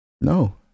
No